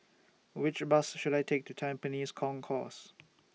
Which Bus should I Take to Tampines Concourse